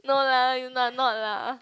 no lah you are not lah